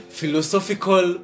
philosophical